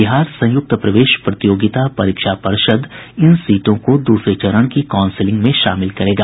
बिहार संयुक्त प्रवेश प्रतियोगिता परीक्षा पर्षद इन सीटों को दूसरे चरण की काउंसिलिंग में शामिल करेगा